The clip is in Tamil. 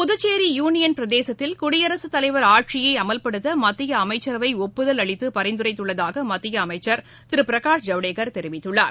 புதுச்சோி யுளியன் பிரதேசத்தில் குடியரசுத் தலைவர் ஆட்சியைஅமல்படுத்தமத்தியஅமைச்சரவைஒப்புதல் அளித்துபரிந்துரைத்துள்ளதாகமத்தியஅமைச்சர் திருபிரகாஷ் ஜவ்டேக்கர் தெரிவித்துள்ளார்